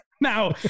Now